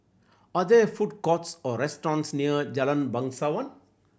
are there food courts or restaurants near Jalan Bangsawan